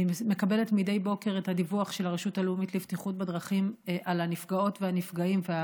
את הדיווח של הרשות הלאומית לבטיחות בדרכים על הנפגעות והנפגעים,